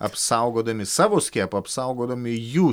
apsaugodami savo skiepą apsaugodami jų